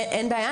אין בעיה.